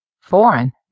Foreign